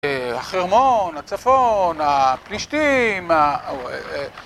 החרמון, הצפון, הפלישתים